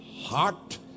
heart